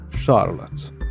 Charlotte